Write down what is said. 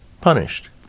punished